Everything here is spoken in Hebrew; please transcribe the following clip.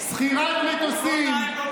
שכירת מטוסים,